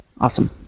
Awesome